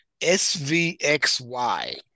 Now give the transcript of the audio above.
SVXY